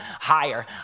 higher